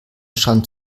strand